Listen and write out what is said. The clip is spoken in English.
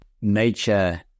nature